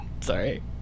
Sorry